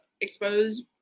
exposed